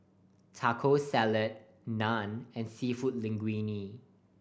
Taco Salad Naan and Seafood Linguine